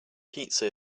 pizza